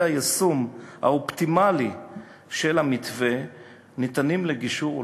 היישום האופטימלי של המתווה ניתנים לגישור ולפתרון.